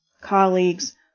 colleagues